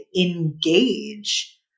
engage